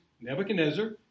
Nebuchadnezzar